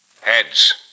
Heads